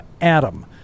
Adam